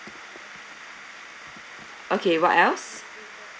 okay what else